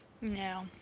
No